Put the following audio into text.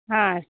हां